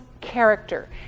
character